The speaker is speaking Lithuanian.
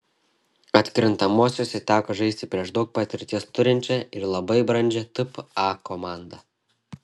atkrintamosiose teko žaisti prieš daug patirties turinčią ir labai brandžią tpa komandą